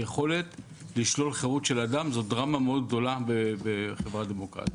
היכולת לשלול חירות של אדם זאת דרמה מאוד גדולה בחברה דמוקרטית.